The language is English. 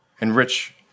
enrich